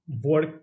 work